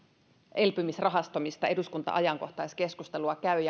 elpymisrahasto mistä eduskunta ajankohtaiskeskustelua käy